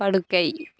படுக்கை